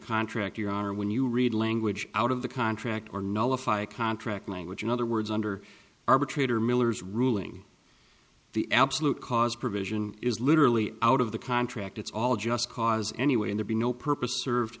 contract you are when you read language out of the contract or nullify a contract language in other words under arbitrator miller's ruling the absolute cause provision is literally out of the contract it's all just cause anyway there be no purpose served